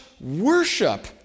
worship